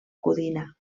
codina